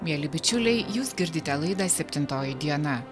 mieli bičiuliai jūs girdite laidą septintoji diena